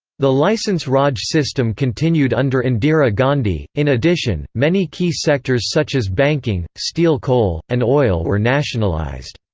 the licence raj system continued under indira gandhi in addition many key sectors such as banking, steel coal, and oil were nationalized.